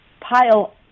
pile